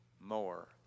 more